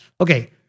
Okay